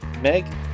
Meg